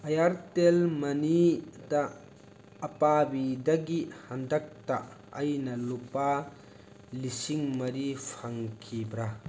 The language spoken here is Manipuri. ꯏꯌꯥꯔꯇꯦꯜ ꯃꯅꯤꯇ ꯑꯄꯥꯕꯤꯗꯒꯤ ꯍꯟꯗꯛꯇ ꯑꯩꯅ ꯂꯨꯄꯥ ꯂꯤꯁꯤꯡ ꯃꯔꯤ ꯐꯪꯈꯤꯕ꯭ꯔꯥ